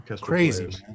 crazy